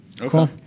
Okay